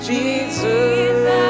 Jesus